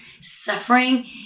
suffering